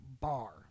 bar